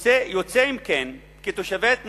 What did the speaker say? יוצא אם כן כי תושבי ההתנחלויות,